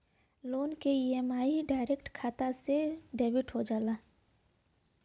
loan क EMI खाता से डायरेक्ट डेबिट हो जाला